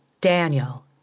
Daniel